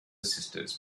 sisters